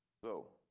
so.